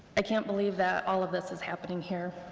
i can't believe that all of this is happening here.